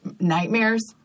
nightmares